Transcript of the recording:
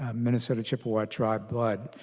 um minnesota chippewa tribe blood